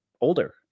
older